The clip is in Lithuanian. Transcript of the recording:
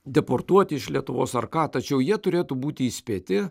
deportuoti iš lietuvos ar ką tačiau jie turėtų būti įspėti